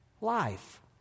life